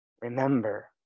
Remember